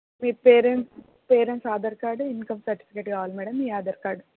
మీ parents parents Aadhaar card income certificate కావాలి madam మీ Aadhaar card